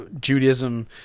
Judaism